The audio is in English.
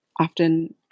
often